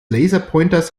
laserpointers